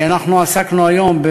עסקנו היום,